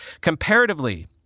Comparatively